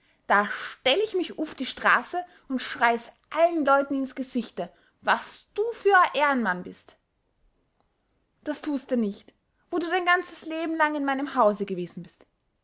da stell ich mich uff die straße und schrei's allen leuten ins gesichte was du für a ehrenmann bist das tuste nich wo du dein ganzes leben lang in meinem hause gewesen bist